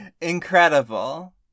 Incredible